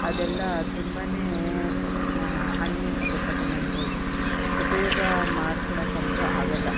ಅದೆಲ್ಲ ತುಂಬ unuseful ಅದು ನಮ್ಮ ಉಪಯೋಗ ಮಾಡ್ಕೊಳಕಂತೂ ಆಗಲ್ಲ